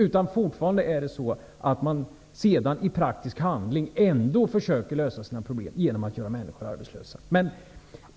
Man försöker i praktisk handling ändå lösa sina problem genom att göra människor arbetslösa.